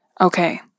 Okay